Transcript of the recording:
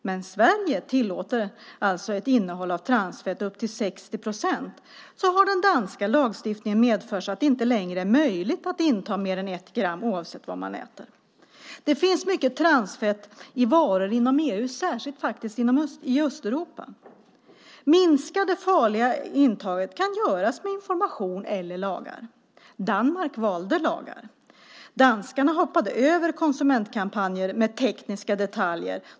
Medan Sverige tillåter ett innehåll av transfett på upp till 60 procent har den danska lagstiftningen medfört att det inte längre är möjligt att inta mer än ett gram, oavsett vad man äter. Det finns mycket transfett i varor inom EU, särskilt i Östeuropa. Det farliga intaget kan minskas med information eller lagar. Danmark valde lagar. Danskarna hoppade över konsumentkampanjer med tekniska detaljer.